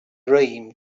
dream